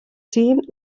siguin